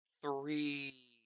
three